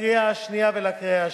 לקריאה השנייה ולקריאה השלישית.